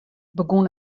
begûn